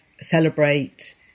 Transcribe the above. celebrate